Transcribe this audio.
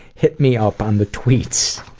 hit me up on the tweets.